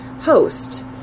host